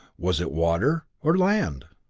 was it water or land?